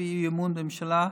להצביע אי-אמון בממשלה.